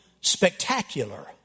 spectacular